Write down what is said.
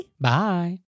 Bye